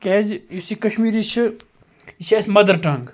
کیٛازِ یُس یہِ کَشمیٖری چھِ یہِ چھِ اَسہِ مَدَر ٹَنٛگ